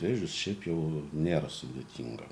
vėžius šiaip jau nėra sudėtinga